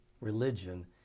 religion